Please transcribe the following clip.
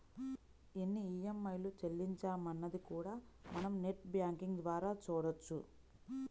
ఎన్ని ఈఎంఐలు చెల్లించామన్నది కూడా మనం నెట్ బ్యేంకింగ్ ద్వారా చూడొచ్చు